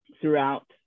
throughout